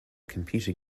computer